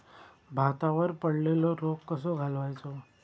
भातावर पडलेलो रोग कसो घालवायचो?